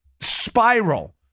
spiral